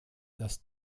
das